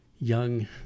young